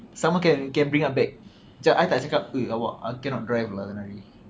someone can can bring up back macam I tak cakap eh awak I cannot drive lah malam ni